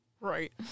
right